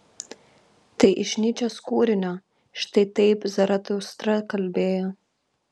tai iš nyčės kūrinio štai taip zaratustra kalbėjo